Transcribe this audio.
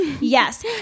Yes